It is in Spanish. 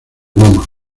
mama